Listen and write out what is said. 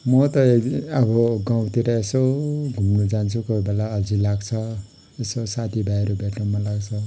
म त अब गाउँतिर यसो घुम्नु जान्छु कोही बेला अल्छी लाग्छ यसो साथीभाइहरू भेट्नु मन लाग्छ